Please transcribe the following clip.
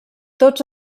tots